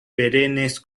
perennes